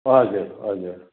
हजुर हजुर